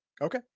okay